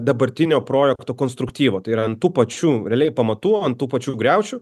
dabartinio projekto konstruktyvų tai yra ant tų pačių realiai pamatų ant tų pačių griaučių